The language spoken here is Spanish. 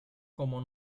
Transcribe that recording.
como